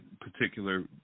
particular